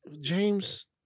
James